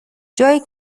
جایی